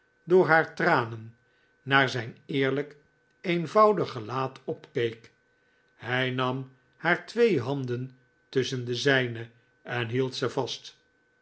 door haar tranen naar zijn eerlijk eenvoudig gelaat opkeek hij nam haar twee handen tusschen de zijne en hield ze vast